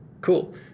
Cool